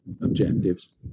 objectives